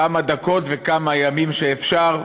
כמה דקות וכמה ימים שאפשר.